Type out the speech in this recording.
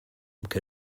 que